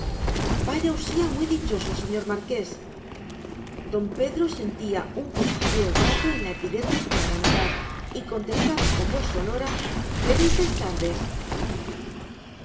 vaya usía muy dichoso señor marqués don pedro sentía un cosquilleo grato en la epidermis de la vanidad y contestaba con voz sonora felices tardes